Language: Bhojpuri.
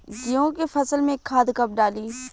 गेहूं के फसल में खाद कब डाली?